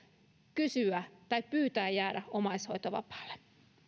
pyytää jäädä omaishoitovapaalle